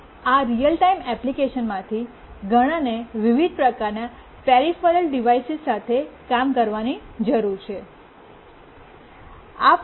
આ real time એપ્લિકેશંસમાંથી ઘણાને વિવિધ પ્રકારના પેરિફેરલ ડિવાઇસેસ સાથે કામ કરવાની જરૂર છે